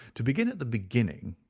to begin at the beginning.